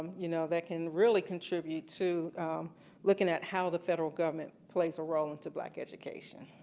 you know, that can really contribute to looking at how the federal government plays a role into black education.